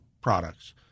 products